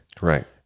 Right